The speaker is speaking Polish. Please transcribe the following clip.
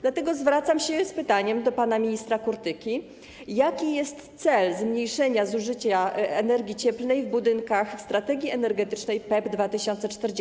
Dlatego zwracam się z pytaniem do pana ministra Kurtyki: Jaki jest cel zmniejszenia zużycia energii cieplnej w budynkach w strategii energetycznej PEP2040?